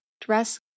dress